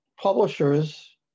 publishers